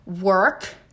work